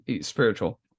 spiritual